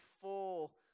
full